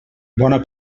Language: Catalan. bona